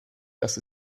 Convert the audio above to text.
das